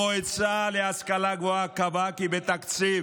המועצה להשכלה גבוהה קבעה כי בתקציב